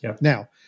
Now